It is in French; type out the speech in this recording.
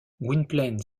gwynplaine